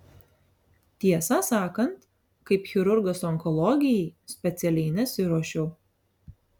tiesą sakant kaip chirurgas onkologijai specialiai nesiruošiau